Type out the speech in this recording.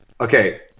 Okay